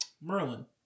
Merlin